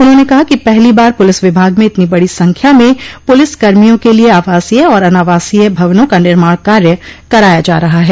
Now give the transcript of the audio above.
उन्होंने कहा कि पहली बार प्रलिस विभाग में इतनी बड़ी संख्या में पुलिस कम्रियों के लिये आवासीय और अनावासीय भवनों का निर्माण कार्य कराया जा रहा है